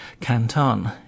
Canton